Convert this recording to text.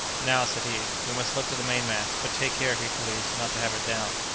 now, said he we must look to the main-mast but take care, hercules, not to have it down.